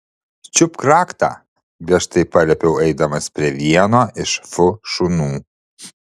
čiupk raktą griežtai paliepiau eidamas prie vieno iš fu šunų